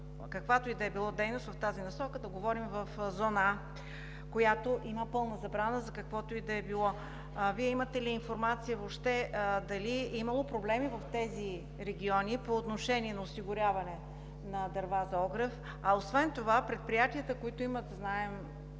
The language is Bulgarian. каквато и да било дейност в тази насока. Да говорим за зона А, в която има пълна забрана за каквото и да било. Вие въобще имате ли информация дали е имало проблеми в тези региони по отношение на осигуряване на дърва за огрев? А освен това, предприятията, които имат знаем